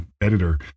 editor